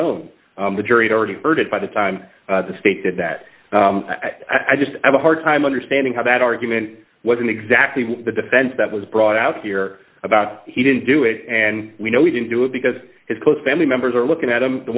own the jury already heard it by the time the state did that i just have a hard time understanding how that argument wasn't exactly the defense that was brought out here about he didn't do it and we know we didn't do it because it's close family members are looking at him the